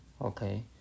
Okay